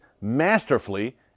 masterfully